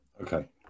Okay